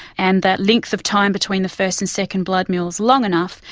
and that length of time between the first and second blood meal is long enough,